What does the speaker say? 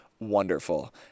wonderful